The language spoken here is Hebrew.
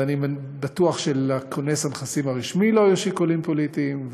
אני בטוח שלכונס הנכסים הרשמי לא היו שיקולים פוליטיים,